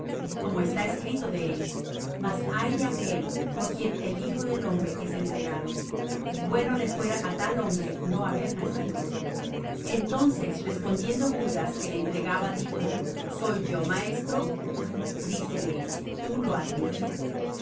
como está escrito de él mas ay de aquel hombre por quien el hijo del hombre es entregado bueno le fuera al tal hombre no haber nacido entonces respondiendo judas que le entregaba dijo soy yo maestro dícele tú lo has dicho